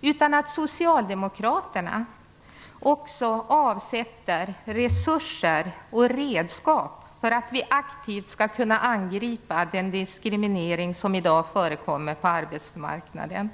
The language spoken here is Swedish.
utan att socialdemokraterna också avsätter resurser och redskap för att vi aktivt skall kunna angripa den diskriminering som i dag förekommer på arbetsmarknaden.